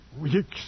Weeks